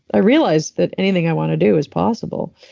i realized that anything i want to do is possible.